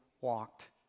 walked